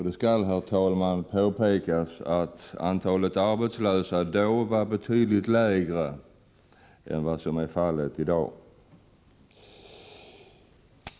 Det skall, herr talman, påpekas att antalet arbetslösa då var betydligt lägre än vad som är fallet i dag.